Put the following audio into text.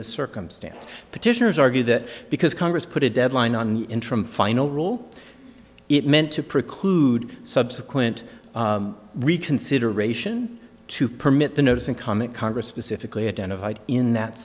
this circumstance petitioners argue that because congress put it deadline on interim final rule it meant to preclude subsequent reconsideration to permit the notice and comment congress specifically identified in that